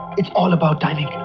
it's all about timing!